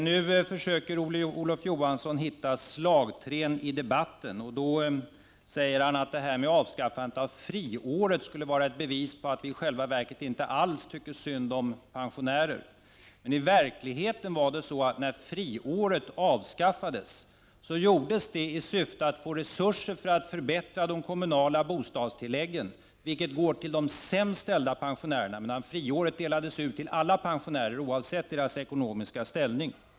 Nu försöker Olof Johansson hitta slagträn i debatten, och han säger att detta med avskaffandet av friåret skulle vara ett bevis för att vi i själva verket inte alls tycker synd om pensionärer. Men i verkligheten var det så, att när friåret avskaffades så skedde det i syfte att få resurser för att förbättra de kommunala bostadstilläggen, som går till de sämst ställda pensionärerna, medan däremot friåret gavs till alla pensionärer, oavsett deras ekonomiska ställning.